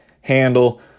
handle